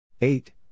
eight